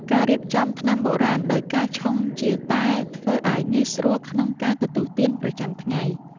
ការរៀបចំថ្នាំបុរាណដោយការឆុងជាតែ ធ្វើឱ្យងាយស្រួលក្នុងការទទួលទានប្រចាំថ្ងៃ។